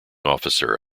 officer